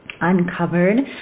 uncovered